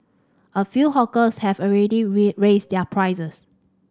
a few hawkers have already raised their prices